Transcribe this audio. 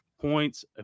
points